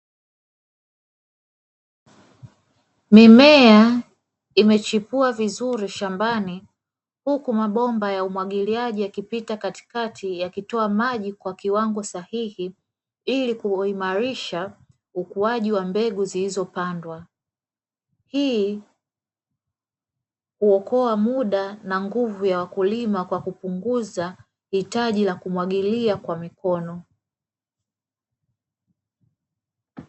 Mimea imechipua vizuri shambani, huku mabomba ya umwagiliaji yakipita katikati yakitoa maji kwa kiwango sahihi ili kuimarisha ukuaji wa mbegu zilziopandwa, hii huokoa muda na nguvu ya wakulima kwa kupunguza hitaji la kumwagilia kwa mikono.